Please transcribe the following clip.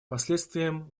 последствиям